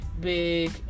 big